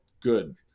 good